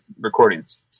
recordings